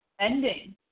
ending